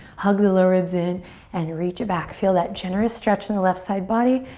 hug the low ribs in and reach it back. feel that generous stretch in the left side body.